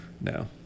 No